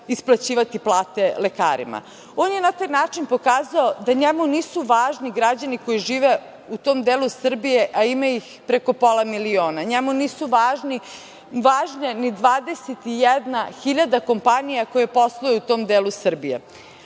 isplaćivati plate lekarima? On je na taj način pokazao da njemu nisu važni građani koji žive u tom delu Srbije, a ima ih preko pola miliona. Njemu nisu važne ni 21.000 kompanija koje posluju u tom delu Srbije.